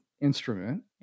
instrument